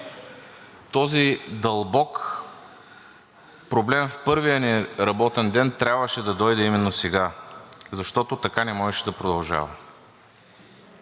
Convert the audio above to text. този дълбок проблем, в първия ни работен ден трябваше да дойде именно сега, защото така не можеше да продължава.